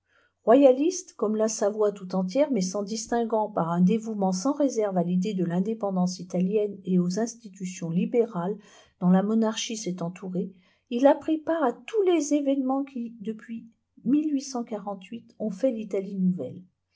royaliste comme la savoie tout entière mais s'en distinguant par un dévouement sans réserve à l'idée de l'indépendance italienne et aux institutions libérales dont la monarchie s'est entourée il a pris part à tous les événements qui depuis ont fait l'italie nouvelle